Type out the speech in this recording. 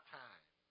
time